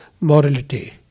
morality